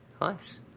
Nice